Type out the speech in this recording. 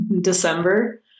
December